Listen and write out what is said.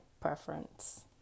preference